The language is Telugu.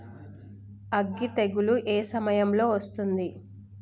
అగ్గి తెగులు ఏ సమయం లో వస్తుంది?